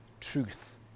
truth